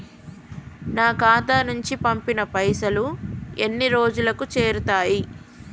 నా ఖాతా నుంచి పంపిన పైసలు ఎన్ని రోజులకు చేరుతయ్?